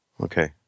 Okay